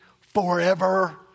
forever